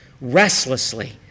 Restlessly